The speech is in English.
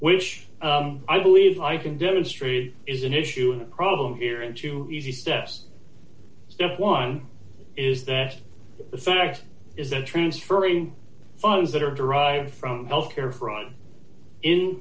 which i believe i can demonstrate is an issue and problem here in two easy steps if one is that the fact is that transferring funds that are derived from health care fraud in